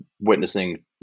witnessing